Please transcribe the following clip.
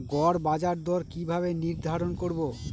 গড় বাজার দর কিভাবে নির্ধারণ করব?